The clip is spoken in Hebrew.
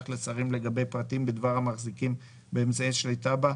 לשרים לגבי פרטים בדבר המחזיקים באמצעי השליטה בה,